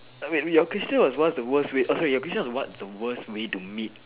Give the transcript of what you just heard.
err wait your question was what's the worst way uh sorry your question was what the worst way to meet